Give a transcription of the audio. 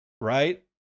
right